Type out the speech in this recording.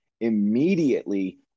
immediately